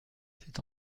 c’est